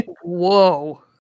Whoa